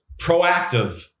proactive